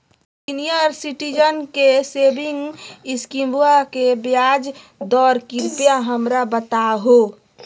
senior citizen के saving स्कीमवा के ब्याज दर कृपया हमरा बताहो